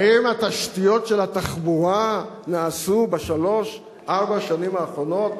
האם התשתיות של התחבורה נעשו בשלוש-ארבע השנים האחרונות?